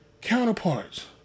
counterparts